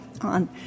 on